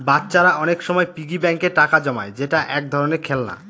বাচ্চারা অনেক সময় পিগি ব্যাঙ্কে টাকা জমায় যেটা এক ধরনের খেলনা